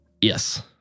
Yes